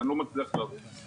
כי אני לא מצליח להבין את זה.